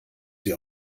sie